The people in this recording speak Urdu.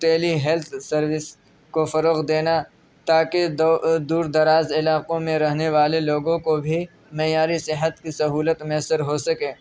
ٹیلی ہیلتھ سروس کو فروغ دینا تا کہ دور دراز علاقوں میں رہنے والے لوگوں کو بھی معیاری صحت کی سہولت میسر ہو سکے